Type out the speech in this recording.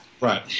Right